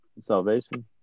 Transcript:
salvation